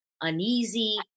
uneasy